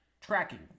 tracking